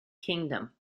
kingdom